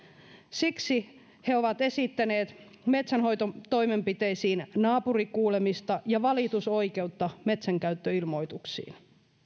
siksi he ovat esittäneet metsänhoitotoimenpiteisiin naapurikuulemista ja valitusoikeutta metsänkäyttöilmoituksiin